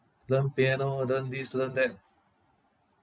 learn piano learn this learn that